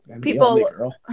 people